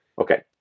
okay